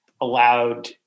allowed